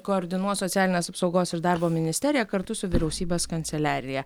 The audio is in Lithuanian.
koordinuos socialinės apsaugos ir darbo ministerija kartu su vyriausybės kanceliarija